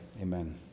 amen